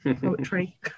poetry